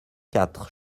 quatre